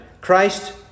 Christ